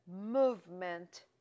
movement